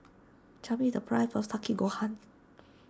tell me the price of Takikomi Gohan